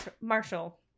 Marshall